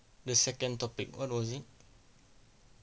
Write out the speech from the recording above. the second topic what was it